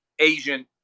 Asian